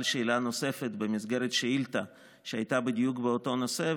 שאלה נוספת במסגרת שאילתה שהייתה בדיוק באותו נושא,